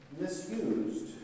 misused